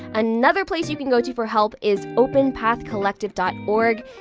another place you can go to for help is openpathcollective dot org.